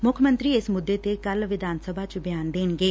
ਮੁੱਖ ਮੰਤਰੀ ਇਸ ਮੁੱਦੇ ਤੇ ਕੱਲੁ ਵਿਧਾਨ ਸਭਾ ਚ ਬਿਆਨ ਦੇਣਗੇ